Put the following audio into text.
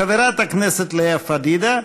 חברת הכנסת לאה פדידה,